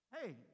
Hey